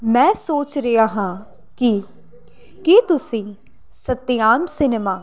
ਮੈਂ ਸੋਚ ਰਿਹਾ ਹਾਂ ਕਿ ਕੀ ਤੁਸੀਂ ਸੱਤਿਆਮ ਸਿਨੇਮਾ